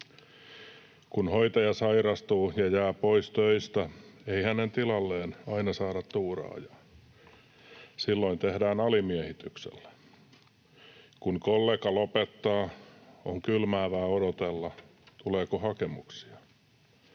Kun hoitaja sairastuu ja jää pois töistä, ei hänen tilalleen aina saada tuuraajaa. Silloin tehdään alimiehityksellä. Kun kollega lopettaa, on kylmäävää odotella, tuleeko hakemuksia.